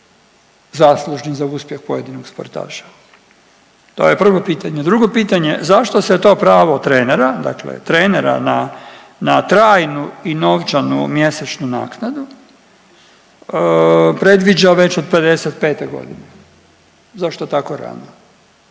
zaslužni za uspjeh pojedinog sportaša. To je prvo pitanje. Drugo pitanje, zašto se to pravo trenera, dakle trenera na trajnu i novčanu mjesečnu naknadu predviđa već od 55 godine. Zašto tako rano?